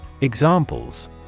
Examples